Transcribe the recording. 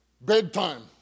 Bedtime